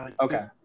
Okay